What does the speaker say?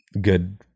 good